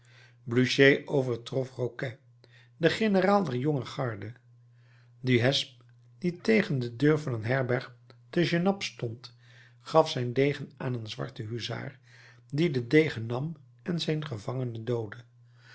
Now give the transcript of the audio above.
blücher overtrof roguet de generaal der jonge garde duhesme die tegen de deur van een herberg te genappe stond gaf zijn degen aan een zwarten huzaar die den degen nam en zijn gevangene doodde